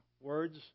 words